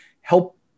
help